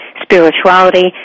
spirituality